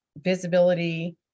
visibility